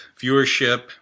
viewership